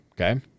okay